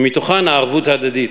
ומתוכם הערבות ההדדית.